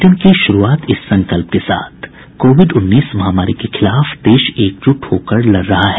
bulletin की शुरूआत इस संकल्प के साथ कोविड उन्नीस महामारी के खिलाफ देश एकजुट होकर लड़ रहा है